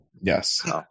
Yes